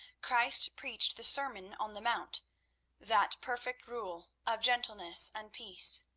christ preached the sermon on the mount that perfect rule of gentleness and peace.